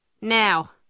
Now